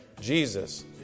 Jesus